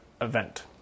event